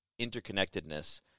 interconnectedness